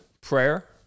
prayer